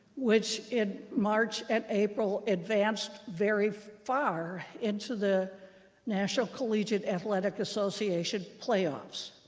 which, in march and april, advanced very far into the national collegiate athletic association playoffs.